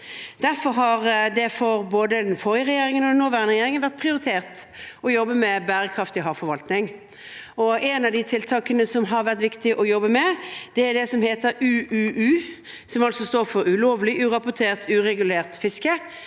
Derfor har det for både den forrige regjeringen og den nåværende regjeringen vært prioritert å jobbe med bærekraftig havforvaltning. Ett av tiltakene det har vært viktig å jobbe med, er det som heter UUU, som altså står for ulovlig, urapportert og uregulert fiske,